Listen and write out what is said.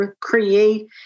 create